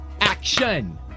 action